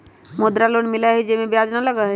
मुद्रा लोन मिलहई जे में ब्याज न लगहई?